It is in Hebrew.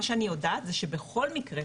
מה שאני יודעת שבכל מקרה,